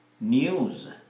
News